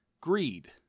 greed